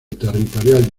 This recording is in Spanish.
territorial